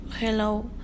Hello